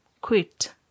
Quit